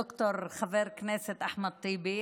ד"ר חבר הכנסת אחמד טיבי,